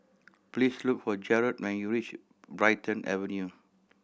please look for Jarrod when you reach Brighton Avenue